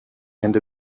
and